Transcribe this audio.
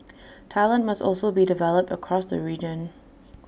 talent must also be developed across the region